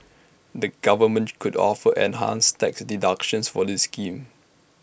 the government could offer enhanced tax deductions for this scheme